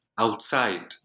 outside